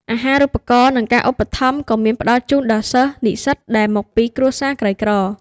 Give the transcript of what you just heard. អាហារូបករណ៍ និងការឧបត្ថម្ភក៏មានផ្តល់ជូនដល់សិស្ស និស្សិតដែលមកពីគ្រួសារក្រីក្រ។